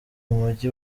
mujyi